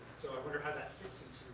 so i wonder how that fits into